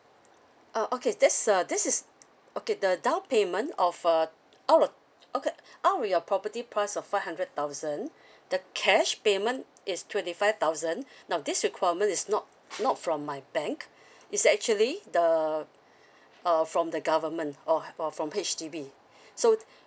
ah okay this uh this is okay the down payment of uh out of okay out of your property price of five hundred thousand the cash payment is twenty five thousand now this requirement is not not from my bank is actually the uh from the government or or from H_D_B so